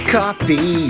Coffee